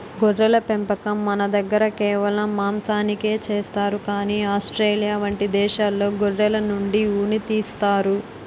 గొర్రెల పెంపకం మనదగ్గర కేవలం మాంసానికే చేస్తారు కానీ ఆస్ట్రేలియా వంటి దేశాల్లో గొర్రెల నుండి ఉన్ని తీస్తారు